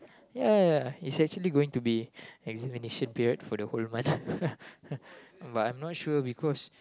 ya ya is actually going to be examination period for the whole month but I'm not sure because